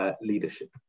leadership